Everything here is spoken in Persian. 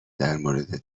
درموردت